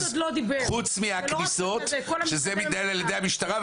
חוץ מהכניסות שמתנהלות על ידי המשטרה,